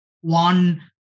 one